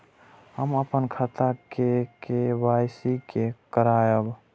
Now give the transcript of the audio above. हम अपन खाता के के.वाई.सी के करायब?